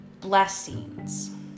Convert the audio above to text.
Blessings